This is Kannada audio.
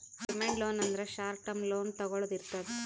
ಡಿಮ್ಯಾಂಡ್ ಲೋನ್ ಅಂದ್ರ ಶಾರ್ಟ್ ಟರ್ಮ್ ಲೋನ್ ತೊಗೊಳ್ದೆ ಇರ್ತದ್